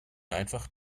einfach